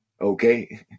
okay